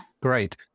great